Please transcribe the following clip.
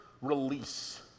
Release